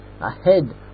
ahead